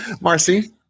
Marcy